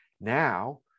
Now